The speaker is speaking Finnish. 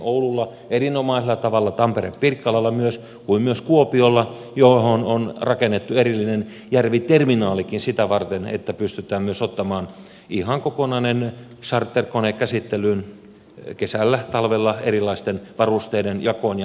oululla erinomaisella tavalla tampere pirkkalalla myös kuin myös kuopiolla johon on rakennettu erillinen järviterminaalikin sitä varten että pystytään myös ottamaan ihan kokonainen charterkone käsittelyyn kesällä talvella erilaisten varusteiden jakoon ja eteenpäin viemiseen